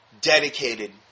dedicated